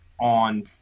on